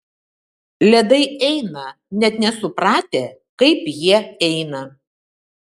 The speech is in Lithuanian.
ledai eina net nesupratę kaip jie eina